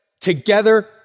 Together